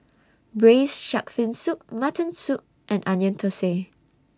Braised Shark Fin Soup Mutton Soup and Onion Thosai